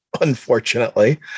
Unfortunately